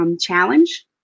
challenge